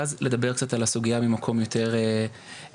ואז לדבר על הסוגייה ממקום יותר אישי.